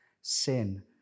sin